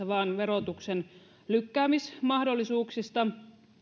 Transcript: vain verotuksen lykkäämismahdollisuuksista